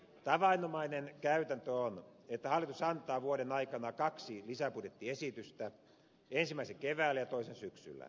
tavanomainen käytäntö on että hallitus antaa vuoden aikana kaksi lisäbudjettiesitystä ensimmäisen keväällä ja toisen syksyllä